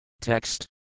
Text